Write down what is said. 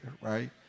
right